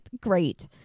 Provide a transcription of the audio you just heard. great